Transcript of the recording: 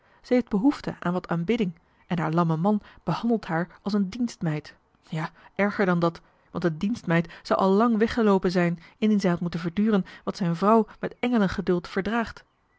zij heeft behoefte aan wat aanbidding en haar lamme man behandelt haar ais een dienstmeid ja erger dan dat want een dienstmeid zou al lang weggeloopen zijn indien zij had moeten verduren wat zijn vrouw met engelen geduld verdraagt